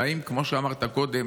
האם, כמו שאמרת קודם